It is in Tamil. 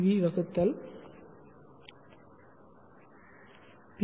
வி வகுத்தல் பி